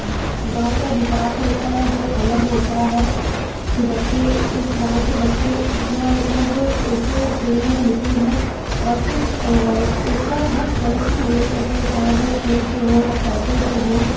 गाँव का विकास होता है वो अलग होता है कि बच्चे इस गाँव के बच्चे इतना मतलब इस खेल में निपुण हैं और फिर उनका हर तरह से सहयोग करते हैं चाहे वो खेल से हो या पैसे से हो